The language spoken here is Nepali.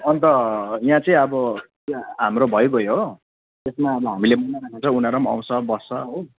अन्त यहाँ चाहिँ अब त्यहाँ हाम्रो भइगयो हो त्यसमा अब हामीले मनाइरहेको हुन्छ उनीहरू पनि आउँछ बस्छ हो